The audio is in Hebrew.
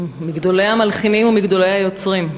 מגדולי המלחינים ומגדולי היוצרים.